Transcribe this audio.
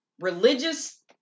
religious